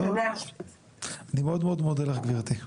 טוב, אני מאוד מאוד מודה לך גברתי,